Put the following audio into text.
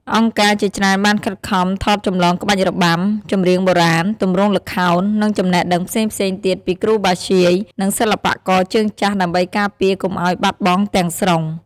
អង្គការជាច្រើនបានខិតខំថតចម្លងក្បាច់របាំ ចម្រៀងបុរាណ ទម្រង់ល្ខោន និងចំណេះដឹងផ្សេងៗទៀតពីគ្រូបាធ្យាយ និងសិល្បករជើងចាស់ ដើម្បីការពារកុំឱ្យបាត់បង់ទាំងស្រុង។